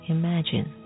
imagine